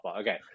Okay